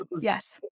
Yes